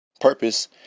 Purpose